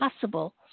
possible